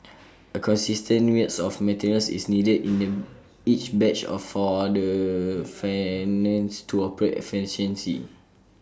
A consistent mix of materials is needed in each batch for the furnace to operate efficiently